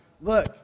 look